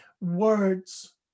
words